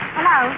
Hello